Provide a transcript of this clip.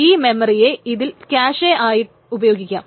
ഈ മെമ്മറിയെ ഇതിൽ ക്യാഷേ ആയി ഉപയോഗിക്കാം